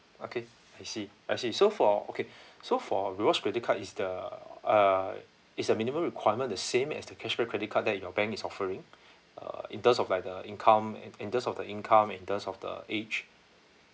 okay I see I see so for okay so for rewards credit card is the uh is a minimum requirement the same as the cashback credit card that your bank is offering uh in terms of like the income in in terms of the income in terms of the age